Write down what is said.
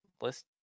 List